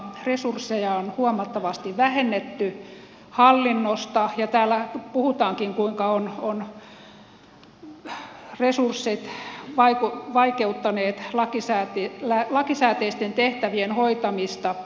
resursseja on huomattavasti vähennetty hallinnosta ja täällä puhutaankin kuinka resurssit ovat vaikeuttaneet lakisääteisten tehtävien hoitamista